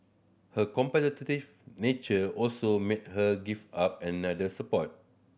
her competitive nature also made her give up another sport